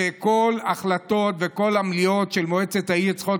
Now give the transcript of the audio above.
שכל ההחלטות וכל המליאות של מועצת העיר צריכות